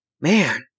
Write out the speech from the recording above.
man